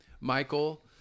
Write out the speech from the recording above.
Michael